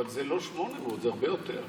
אבל זה לא 800, זה הרבה יותר.